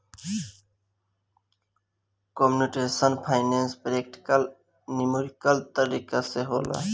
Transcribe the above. computational finance practical numerical तरीका से होला